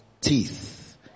teeth